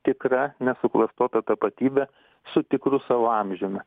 tikra nesuklastota tapatybe su tikru savo amžiumi